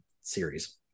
series